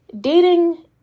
dating